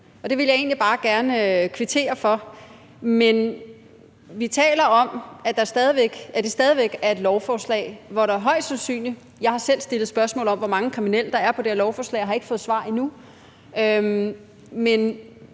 det vil jeg egentlig bare gerne kvittere for. Men vi taler om, at det stadig væk er et lovforslag, som der højst sandsynligt er kriminelle på – jeg har selv stillet spørgsmål om, hvor mange kriminelle der er på det her lovforslag, og jeg har ikke fået svar endnu. Men